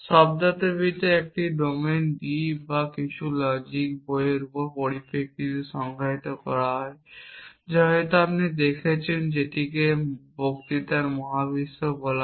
শব্দার্থবিদ্যা একটি domain D বা কিছু লজিক বইয়ের পরিপ্রেক্ষিতে সংজ্ঞায়িত করা হয় যা আপনি হয়তো দেখেছেন যেটিকে বক্তৃতার মহাবিশ্বও বলা হয়